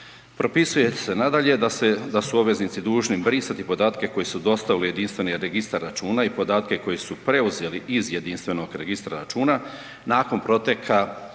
Propisuje se nadalje da su obveznici dužni brisati podatke koje su dostavili u jedinstveni registar računa i podatke koje su preuzeli iz jedinstvenog registra računa nakon proteka roka